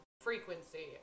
frequency